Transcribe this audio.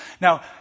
Now